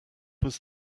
was